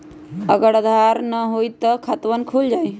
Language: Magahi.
अगर आधार न होई त खातवन खुल जाई?